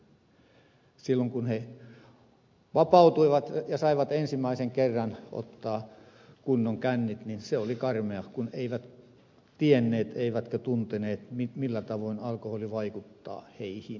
silloin kun he vapautuivat ja saivat ensimmäisen kerran ottaa kunnon kännit se oli karmeaa kun he eivät tienneet eivätkä tunteneet millä tavoin alkoholi vaikuttaa heihin